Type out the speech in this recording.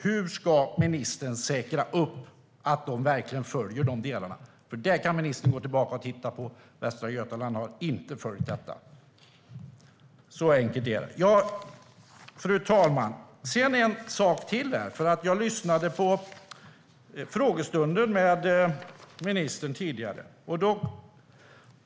Hur ska ministern säkerställa att man verkligen följer det som blir överenskommet? Här kan ministern gå tillbaka och titta på hur man har gjort. Västra Götaland har inte följt det. Så enkelt är det. Fru talman! Det är en sak till. Jag lyssnade på frågestunden med ministern tidigare.